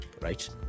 Right